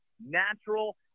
natural